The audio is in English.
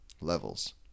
levels